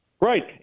Right